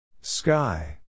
Sky